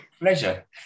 Pleasure